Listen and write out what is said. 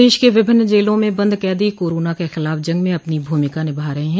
प्रदेश की विभिन्न जेलों में बंद कैदी कोरोना के खिलाफ जंग में अपनी भूमिका निभा रहे हैं